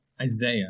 Isaiah